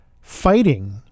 fighting